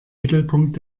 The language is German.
mittelpunkt